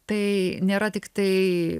tai nėra tiktai